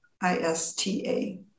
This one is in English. I-S-T-A